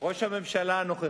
ראש הממשלה הנוכחי,